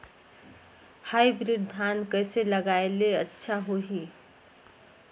Hybrid धान कइसे लगाय ले अच्छा होही?